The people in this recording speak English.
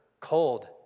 cold